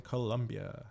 Colombia